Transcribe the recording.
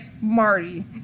Marty